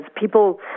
people